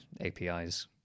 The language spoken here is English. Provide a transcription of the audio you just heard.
APIs